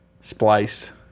splice